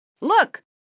Look